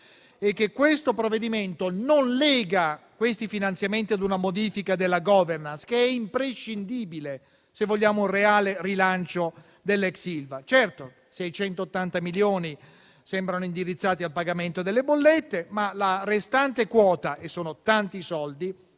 è che il provvedimento in discussione non lega questi finanziamenti ad una modifica della *governance*, che invece è imprescindibile se vogliamo un reale rilancio dell'ex Ilva. Certo, 680 milioni sembrano indirizzati al pagamento delle bollette, ma la restante quota - e sono tanti soldi